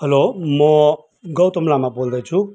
hello म गौतम लामा बोल्दैछु